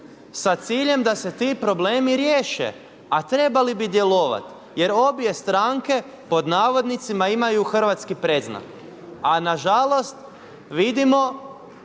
sa ciljem da se ti problemi riješe a trebali bi djelovati. Jer obje stranke „imaju hrvatski predznak“, a nažalost vidimo